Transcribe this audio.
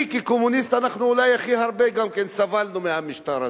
אני כקומוניסט, אולי הכי הרבה סבלנו מהמשטר הזה.